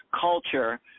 culture